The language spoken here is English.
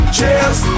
Cheers